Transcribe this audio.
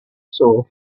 sore